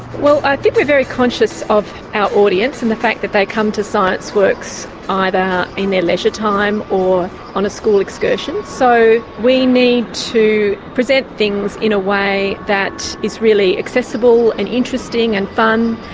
well, i think we're very conscious of our audience, and the fact that they come to scienceworks either in their leisure time or on a school excursion. so we need to present things in a way that is really accessible and interesting and fun.